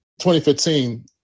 2015